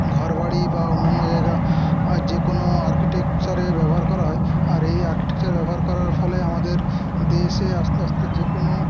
ঘরবাড়ি বা অন্যান্য জায়গা আর যে কোনো আর্কিটেকচারের ব্যবহার করা হয় আর এই আর্কিটেকচার ব্যবহার করার ফলে আমাদের দেশে আস্তে আস্তে যে কোনো